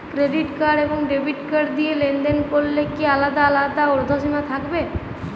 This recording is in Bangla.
ক্রেডিট কার্ড এবং ডেবিট কার্ড দিয়ে লেনদেন করলে কি আলাদা আলাদা ঊর্ধ্বসীমা থাকবে?